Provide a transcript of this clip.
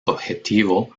objetivo